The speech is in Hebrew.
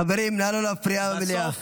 חברים, נא לא להפריע במליאה.